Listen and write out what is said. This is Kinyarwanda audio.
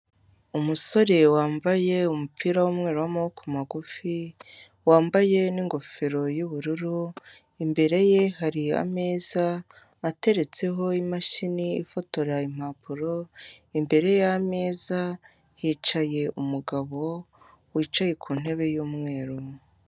Umusore wambaye umupira w'umweru w'amaboko magufi, wambaye n'ingofero y'ubururu, imbere ye hari ameza ateretseho imashini ifotora impapuro, imbere y'ameza hicaye umugabo wicaye ku ntebe y'umweru.